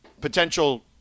potential